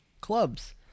Clubs